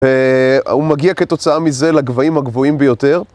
הוא מגיע כתוצאה מזה לגבעים הגבוהים ביותר